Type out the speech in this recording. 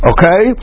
Okay